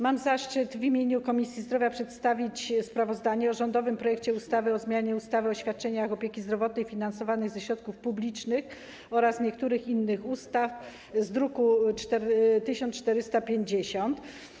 Mam zaszczyt w imieniu Komisji Zdrowia przedstawić sprawozdanie o rządowym projekcie ustawy o zmianie ustawy o świadczeniach opieki zdrowotnej finansowanych ze środków publicznych oraz niektórych innych ustaw z druku nr 1450.